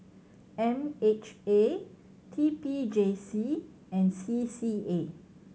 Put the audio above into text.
M H A T P J C and C C A